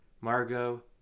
Margot